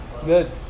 Good